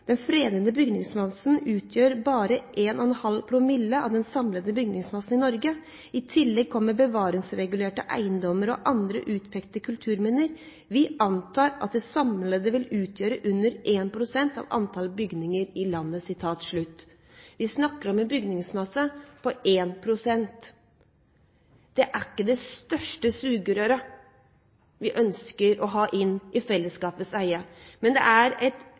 den samlede bygningsmassen i Norge. I tillegg kommer bevaringsregulerte eiendommer og andre utpekte kulturminner. Vi antar at det samlet vil utgjøre under 1 prosent av antall bygninger i landet.» Vi snakker om en bygningsmasse på 1 pst. Det er ikke det største sugerøret vi ønsker å ha inn i fellesskapets eie. Men det er et